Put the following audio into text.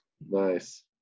Nice